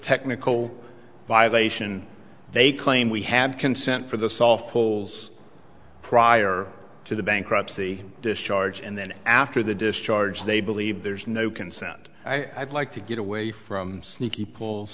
technical violation they claim we have consent for the soft holes prior to the bankruptcy discharge and then after the discharge they believe there's no consent i'd like to get away from sneaky p